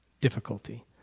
difficulty